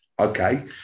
Okay